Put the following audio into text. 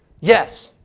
Yes